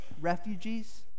refugees